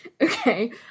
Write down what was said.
Okay